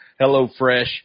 HelloFresh